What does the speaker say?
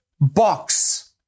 box